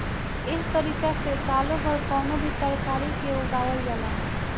एह तारिका से सालो भर कवनो भी तरकारी के उगावल जाला